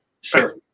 Sure